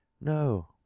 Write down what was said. no